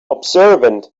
observant